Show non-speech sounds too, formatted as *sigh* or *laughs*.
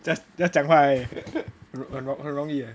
just just 讲话而已 *laughs* 很容易